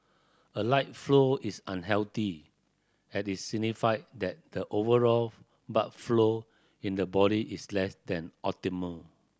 a light flow is unhealthy as it signified that the overall blood flow in the body is less than optimal